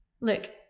Look